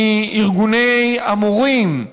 מארגוני המורים,